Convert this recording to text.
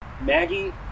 Maggie